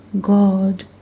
God